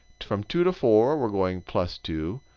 from two to four we're going plus two.